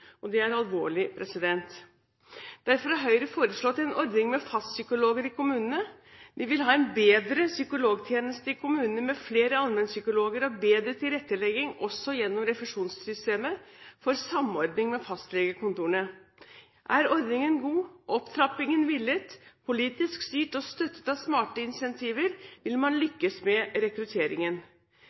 og det er alvorlig. Derfor har Høyre foreslått en ordning med fastpsykologer i kommunene. Vi vil ha en bedre psykologtjeneste i kommunene med flere allmennpsykologer og bedre tilrettelegging – også gjennom refusjonssystemet – for samordning med fastlegekontorene. Er ordningen god, opptrappingen villet, politisk styrt og støttet av smarte incentiver, vil man lykkes med rekrutteringen.